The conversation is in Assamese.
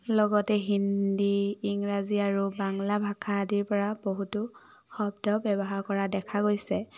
লগতে হিন্দী ইংৰাজী আৰু বাংলা ভাষা আদিৰ পৰা বহুতো শব্দ ব্যৱহাৰ কৰা দেখা গৈছে